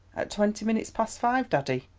at twenty minutes past five, daddy,